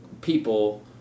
people